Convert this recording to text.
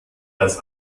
das